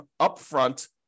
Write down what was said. upfront